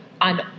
on